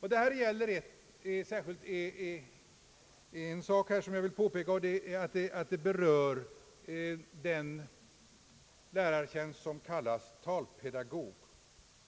Låt mig här peka på den lärartjänst som kallas talpedagog.